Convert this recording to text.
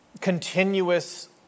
continuous